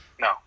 No